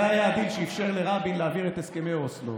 זה היה הדיל שאפשר לרבין להעביר את הסכמי אוסלו,